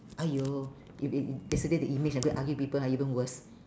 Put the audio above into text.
!aiyo! if if if yesterday the image I go and argue with people ah even worse